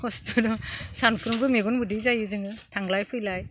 खस्थ' दं सानफ्रोमबो मेगन मोदै जायो जोङो थांलाय फैलाय